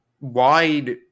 wide